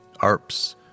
Arps